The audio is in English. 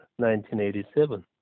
1987